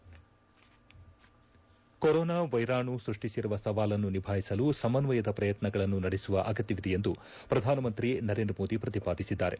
head corona ವೈರಾಣು ಸೃಷ್ಟಿಸಿರುವ ಸವಾಲನ್ನು ನಿಭಾಯಿಸಲು ಸಮನ್ವಯದ ಪ್ರಯತ್ನಗಳನ್ನು ನಡೆಸುವ ಅಗತ್ಯವಿದೆ ಎಂದು ಪ್ರಧಾನಮಂತ್ರಿ ನರೇಂದ್ರ ಮೋದಿ ಪ್ರತಿಪಾದಿಸಿದ್ದಾರೆ